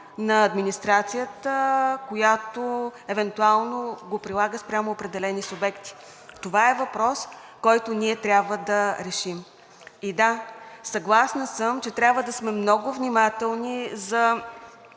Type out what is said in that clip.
на администрацията, която евентуално го прилага спрямо определени субекти. Това е въпрос, който ние трябва да решим. И да, съгласна съм, че трябва да сме много внимателни за